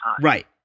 right